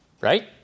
Right